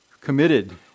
committed